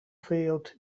field